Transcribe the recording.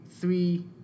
three